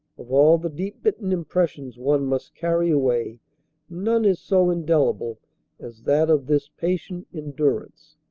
of all the deep-bitten impressions one must carry away none is so indelible as that of this patient endurance,